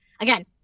again